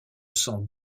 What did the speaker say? sent